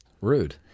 Rude